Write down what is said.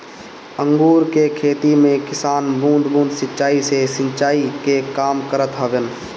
अंगूर के खेती में किसान बूंद बूंद सिंचाई से सिंचाई के काम करत हवन